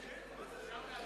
אפשר להצביע?